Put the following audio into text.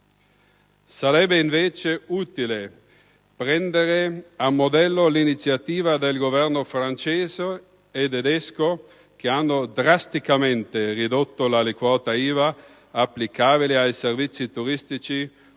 Sarebbe, invece, utile prendere a modello l'iniziativa dei Governi francese e tedesco, che hanno drasticamente ridotto l'aliquota IVA applicabile ai servizi turistici,